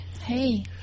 Hey